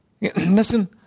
Listen